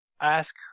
ask